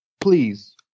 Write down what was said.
Please